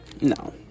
No